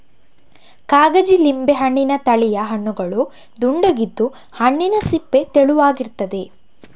ಕಾಗಜಿ ಲಿಂಬೆ ಹಣ್ಣಿನ ತಳಿಯ ಹಣ್ಣುಗಳು ದುಂಡಗಿದ್ದು, ಹಣ್ಣಿನ ಸಿಪ್ಪೆ ತೆಳುವಾಗಿರ್ತದೆ